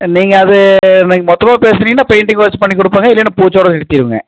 நீங்கள் அது நீங்கள் மொத்தமாக பேசுனீங்கன்னா பெயின்டிங் ஒர்க்ஸ் பண்ணிக் கொடுப்பேங்க இல்லைனா பூச்சோட நிறுத்திடுவங்க